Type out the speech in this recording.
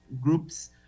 groups